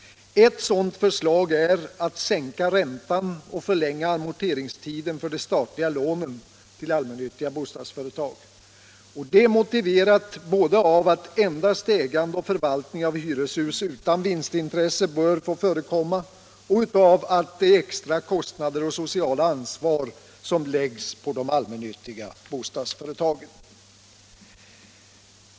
Ett sådant förslag är att sänka räntan och förlänga amorteringstiden för de statliga lånen till allmännyttiga bostadsföretag. Detta är motiverat både av att endast ägande och förvaltning av hyreshus utan vinstintresse bör få förekomma och avede extra kostnader och det sociala ansvar som läggs på de allmännyttiga bostadsföretagen.